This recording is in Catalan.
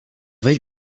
vell